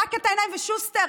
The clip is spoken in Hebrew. שוסטר,